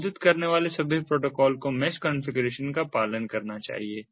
संबोधित करने वाले सभी प्रोटोकॉल को मैश कॉन्फ़िगरेशन का पालन करना चाहिए